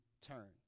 turn